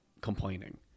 complaining